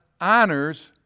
honors